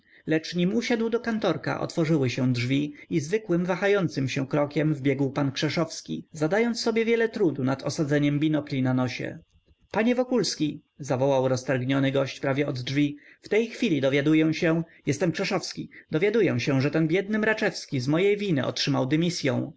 lecz nim usiadł do kantorka otworzyły się drzwi i zwykłym wahającym się krokiem wbiegł pan krzeszowski zadając sobie wiele trudu nad osadzeniem binokli na nosie panie wokulski zawołał roztargniony gość prawie ode drzwi w tej chwili dowiaduję się jestem krzeszowski dowiaduję się że ten biedny mraczewski z mojej winy otrzymał dymisyą